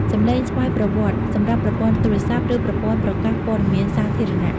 សំឡេងស្វ័យប្រវត្តិ សម្រាប់ប្រព័ន្ធទូរស័ព្ទ ឬប្រព័ន្ធប្រកាសព័ត៌មានសាធារណៈ។